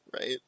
Right